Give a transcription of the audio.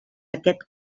aquest